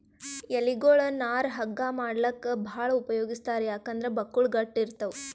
ಎಲಿಗೊಳ್ ನಾರ್ ಹಗ್ಗಾ ಮಾಡ್ಲಾಕ್ಕ್ ಭಾಳ್ ಉಪಯೋಗಿಸ್ತಾರ್ ಯಾಕಂದ್ರ್ ಬಕ್ಕುಳ್ ಗಟ್ಟ್ ಇರ್ತವ್